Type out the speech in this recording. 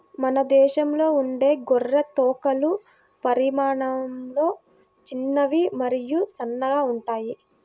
మన దేశంలో ఉండే గొర్రె తోకలు పరిమాణంలో చిన్నవి మరియు సన్నగా ఉంటాయి